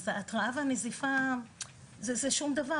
אז התרעה ונזיפה זה שום דבר.